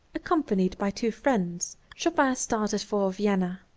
accompanied by two friends, chopin started for vienna.